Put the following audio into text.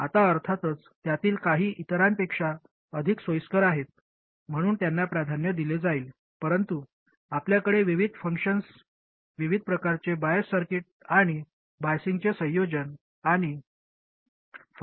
आता अर्थातच त्यातील काही इतरांपेक्षा अधिक सोयीस्कर आहेत म्हणून त्यांना प्राधान्य दिले जाईल परंतु आपल्याकडे विविध फंक्शन्स विविध प्रकारचे बायस सर्किट आणि बायझींगचे संयोजन आणि फंक्शनॅलिटीचे रिअलाईझेशन असू शकते